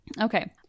Okay